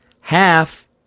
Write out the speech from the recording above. half